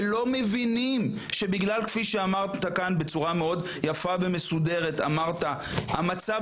ולא מבינים כפי שאמרת כאן בצורה מאוד יפה ומסודרת: המצב